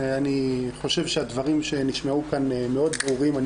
אני חושב שהדברים שנשמעו כאן מאוד ברורים.